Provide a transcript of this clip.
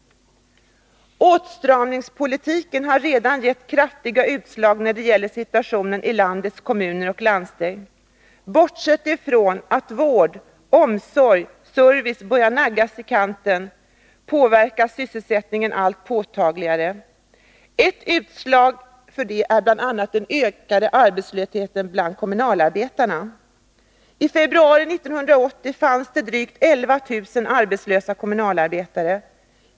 Åtstramningspolitiken har redan gett kraftiga utslag när det gäller situationen i landets kommuner och landsting. Bortsett från att vård, omsorg och service börjar naggas i kanten, påverkas sysselsättningen allt påtagligare. Ett utslag av detta är bl.a. den ökande arbetslösheten bland kommunalarbetarna. I februari 1980 fanns det drygt 11 000 arbetslösa kommunalarbetare.